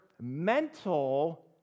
mental